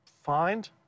Find